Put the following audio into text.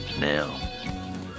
now